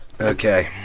okay